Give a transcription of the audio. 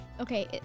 Okay